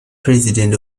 president